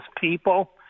people